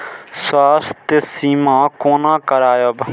स्वास्थ्य सीमा कोना करायब?